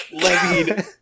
Levied